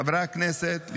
חברי הכנסת,